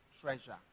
treasure